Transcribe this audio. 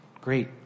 Great